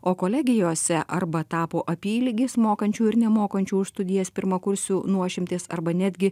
o kolegijose arba tapo apylygis mokančių ir nemokančių už studijas pirmakursių nuošimtis arba netgi